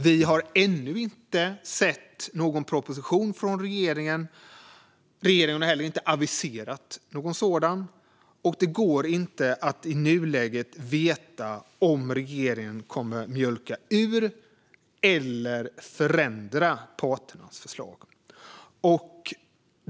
Vi har ännu inte sett någon proposition från regeringen, regeringen har heller inte aviserat någon sådan och det går inte att i nuläget veta om regeringen kommer att vattna ur eller förändra parternas förslag.